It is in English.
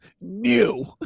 new